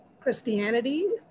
Christianity